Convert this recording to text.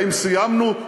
האם סיימנו?